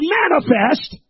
manifest